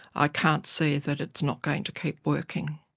i can't see that it's not going to keep working.